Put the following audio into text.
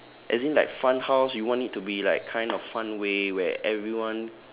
as in like fun house you want it to be like kind of fun way where everyone